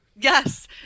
Yes